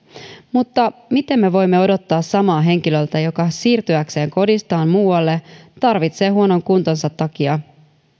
mutta miten me voimme odottaa samaa henkilöltä joka siirtyäkseen kodistaan muualle tarvitsee huonon kuntonsa takia